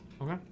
Okay